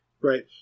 Right